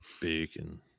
Bacon